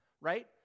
right